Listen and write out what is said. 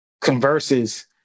converses